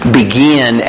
begin